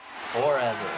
forever